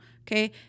Okay